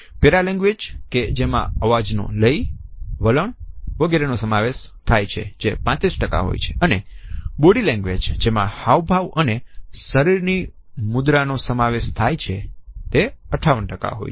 paralanguage કે જેમાં અવાજ નો લય વલણ વગેરે નો સમાવેશ થાય છે જે 35 હોય છે અને બોડી લેંગ્વેજ જેમાં હાવભાવ અને શરીર ની મુદ્રા નો સમાવેશ થાય છે તે 58 હોય છે